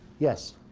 yes?